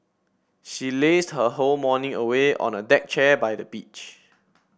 she lazed her whole morning away on a deck chair by the beach